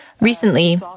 Recently